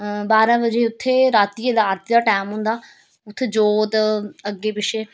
बारां बजे उत्थें राती जेल्लै आरती दा टैम होंदा उत्थें जोत अग्गें पिच्छें